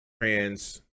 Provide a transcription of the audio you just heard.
trans